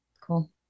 Cool